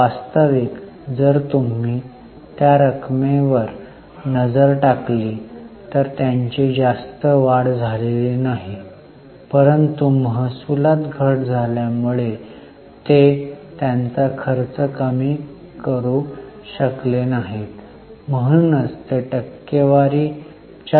वास्तविक जर तुम्ही त्या रकमेवर नजर टाकली तर त्यांची जास्त वाढ झालेली नाही परंतु महसुलात घट झाल्यामुळे ते त्यांचा खर्च कमी करू शकले नाहीत म्हणूनच ते टक्केवारी च्या तुलनेत वाढले आहेत